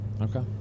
Okay